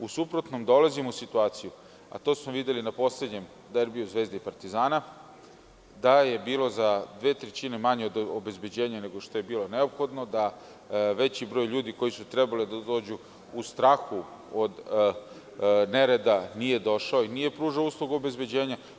U suprotnom, dolazimo u situaciju, a to smo videli na poslednjem derbiju Zvezde i Partizana, da je bilo za dve trećine manje obezbeđenja nego što je bilo neophodno, da veći broj ljudi koji su trebali da dođu, u strahu od nereda nisu došli i nisu pružili uslugu obezbeđenja.